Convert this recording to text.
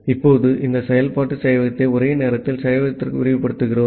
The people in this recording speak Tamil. இப்போது இந்த செயல்பாட்டு சேவையகத்தை ஒரே நேரத்தில் சேவையகத்திற்கு விரிவுபடுத்துகிறோம்